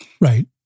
Right